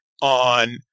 on